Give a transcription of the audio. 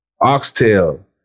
oxtail